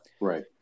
right